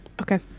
okay